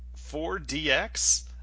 4DX